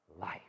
life